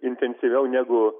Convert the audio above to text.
intensyviau negu